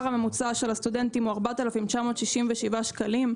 הממוצע של הסטודנטים הוא 4,967 שקלים.